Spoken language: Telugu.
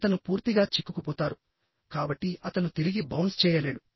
అతను పూర్తిగా చిక్కుకుపోతారు కాబట్టి అతను తిరిగి బౌన్స్ చేయలేడు